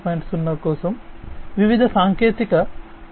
0 కోసం వివిధ సాంకేతిక పరిశీలనలు అవసరం